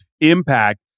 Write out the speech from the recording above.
impact